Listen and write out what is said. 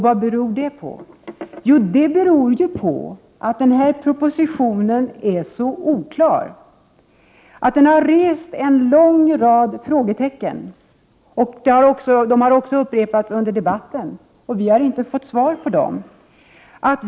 Vad beror då det på? Jo, det beror på att den här propositionen är så oklar att det har uppstått en lång rad frågetecken. Frågorna har också upprepats under debatten, men vi har inte fått några svar.